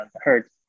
hurt